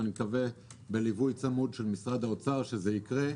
ואני מקווה שבליווי צמוד של משרד האוצר זה יקרה.